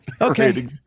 Okay